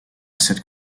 cette